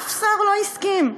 אף שר לא הסכים.